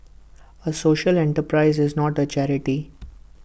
A social enterprise is not A charity